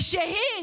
ושהיא,